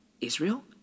Israel